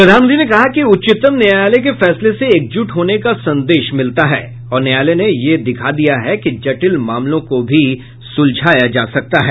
प्रधानमंत्री ने कहा कि उच्चतम न्यायालय के फैसले से एकजुट होने का संदेश मिलता है और न्यायालय ने यह दिखा दिया है कि जटिल मामलों को भी सुलझाया जा सकता है